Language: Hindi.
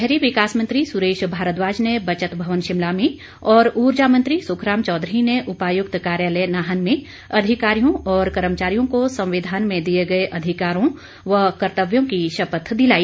शहरी विकास मंत्री सुरेश भारद्वाज ने बचत भवन शिमला में और ऊर्जा मंत्री सुखराम चौधरी ने उपायुक्त कार्यालय नाहन में अधिकारियों और कर्मचारियों को संविधान में दिए गए अधिकारों व कर्तव्यों की शपथ दिलाई